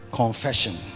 confession